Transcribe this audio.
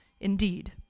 Indeed